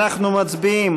אנחנו מצביעים